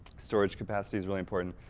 storage capacity is really important.